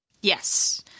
Yes